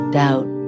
doubt